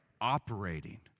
operating